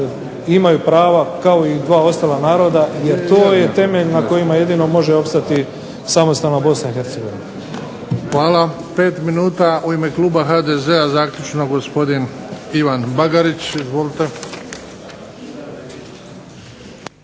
imaju prava kao i dva ostala naroda jer to je temelj na kojima jedino može opstati samostalna Bosna i Hercegovina.